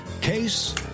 Case